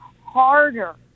harder